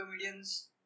comedians